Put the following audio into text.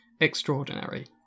Extraordinary